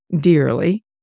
Dearly